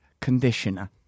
conditioner